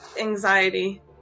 anxiety